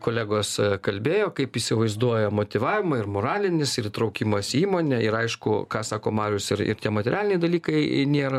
kolegos kalbėjo kaip įsivaizduoja motyvavimą ir moralinis ir įtraukimas į įmonę ir aišku ką sako marius ir ir tie materialiniai dalykai nėra